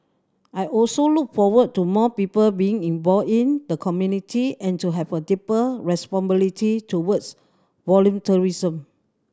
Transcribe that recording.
I also look forward to more people being involved in the community and to have a deeper responsibility towards volunteerism